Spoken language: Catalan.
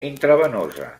intravenosa